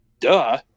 duh